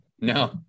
No